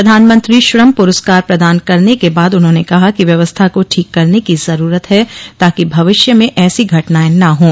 प्रधानमंत्री श्रम प्रस्कार प्रदान करने के बाद उन्होंने कहा कि व्यवस्था को ठीक करने की जरूरत है ताकि भविष्य में ऐसी घटनाएं ना हों